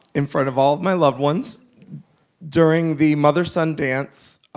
in front of all my loved ones during. the mother-son dance,